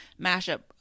mashup